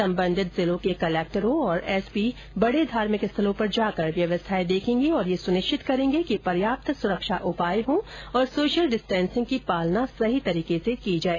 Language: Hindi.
सम्बन्धित जिलों के कलक्टर और एसपी बड़े धार्मिक स्थलों पर जाकर व्यवस्थाएं देखेंगे और यह सुनिश्चित करेंगे कि पर्याप्त सुरक्षा उपाय हों तथा सोशल डिस्टेंसिंग की पालना सही तरीके से की जाए